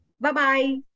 Bye-bye